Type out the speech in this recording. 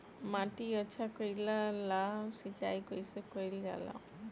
माटी अच्छा कइला ला सिंचाई कइसे कइल जाला?